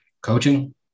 coaching